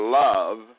love